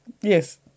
Yes